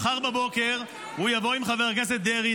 מחר בבוקר הוא יבוא עם חבר הכנסת דרעי,